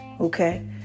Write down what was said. Okay